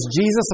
Jesus